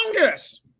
longest